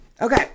okay